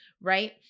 right